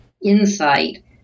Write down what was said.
insight